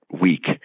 week